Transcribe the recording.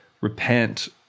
repent